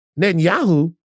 Netanyahu